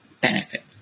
benefit